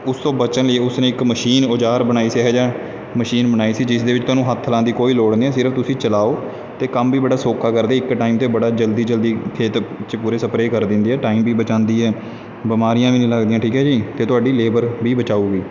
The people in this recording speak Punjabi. ਉਸ ਤੋਂ ਬਚਣ ਉਸ ਨੇ ਇੱਕ ਮਸ਼ੀਨ ਔਜ਼ਾਰ ਬਣਾਈ ਸੀ ਇਹ ਜਿਹਾ ਮਸ਼ੀਨ ਬਣਾਈ ਸੀ ਜਿਸ ਦੇ ਵਿੱਚ ਤੁਹਾਨੂੰ ਹੱਥ ਲਗਾਉਣ ਦੀ ਕੋਈ ਲੋੜ ਨਹੀਂ ਸਿਰਫ਼ ਤੁਸੀਂ ਚਲਾਓ ਅਤੇ ਕੰਮ ਵੀ ਬੜਾ ਸੌਖਾ ਕਰਦੇ ਇੱਕ ਟਾਈਮ 'ਤੇ ਬੜਾ ਜਲਦੀ ਜਲਦੀ ਖੇਤ 'ਚ ਪੂਰੇ ਸਪਰੇ ਕਰ ਦਿੰਦੀ ਆ ਟਾਈਮ ਵੀ ਬਚਾਉਂਦੀ ਹੈ ਬਿਮਾਰੀਆਂ ਵੀ ਨਹੀਂ ਲੱਗਦੀਆਂ ਠੀਕ ਹੈ ਜੀ ਅਤੇ ਤੁਹਾਡੀ ਲੇਬਰ ਵੀ ਬਚਾਊਗੀ